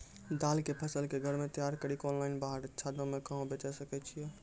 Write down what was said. दाल के फसल के घर मे तैयार कड़ी के ऑनलाइन बाहर अच्छा दाम मे कहाँ बेचे सकय छियै?